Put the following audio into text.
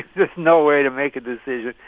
there's no way to make a decision.